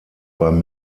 beim